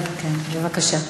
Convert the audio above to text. בבקשה.